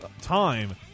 time